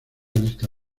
lista